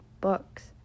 books